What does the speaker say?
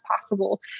possible